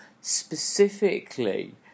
specifically